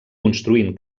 construint